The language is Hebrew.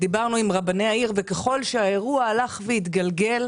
דיברנו עם רבני העיר, וככל שהאירוע הלך והתגלגל,